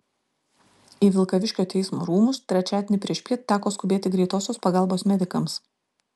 į vilkaviškio teismo rūmus trečiadienį priešpiet teko skubėti greitosios pagalbos medikams